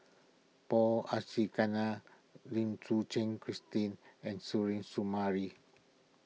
Paul Abisheganaden Lim Suchen Christine and Suzairhe Sumari